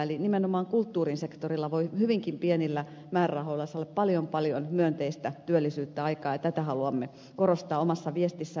eli nimenomaan kulttuurin sektorilla voi hyvinkin pienillä määrärahoilla saada paljon paljon myönteistä työllisyyttä aikaan ja tätä haluamme korostaa omassa viestissämme